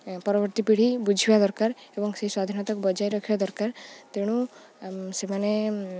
ପରବର୍ତ୍ତୀ ପିଢ଼ି ବୁଝିବା ଦରକାର ଏବଂ ସେ ସ୍ଵାଧୀନତାକୁ ବଜାଇ ରଖିବା ଦରକାର ତେଣୁ ସେମାନେ